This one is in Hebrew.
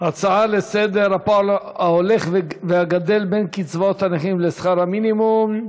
הצעה לסדר-היום: הפער ההולך וגדל בין קצבאות הנכים לשכר המינימום.